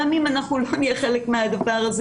גם אנחנו נהיה חלק מהדבר הזה,